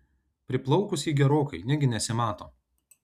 priplaukus ji gerokai negi nesimato